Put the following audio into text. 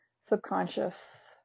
subconscious